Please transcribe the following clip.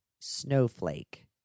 Snowflake